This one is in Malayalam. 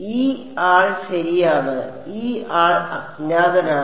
ഈ ആൾ ശരിയാണ് ഈ ആൾ അജ്ഞാതനാണ്